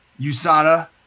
USADA